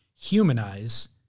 humanize